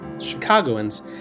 Chicagoans